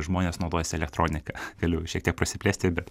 žmonės naudojasi elektronika galiu šiek tiek prasiplėsti bet